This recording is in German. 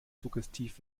suggestiv